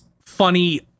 funny